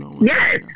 Yes